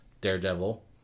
Daredevil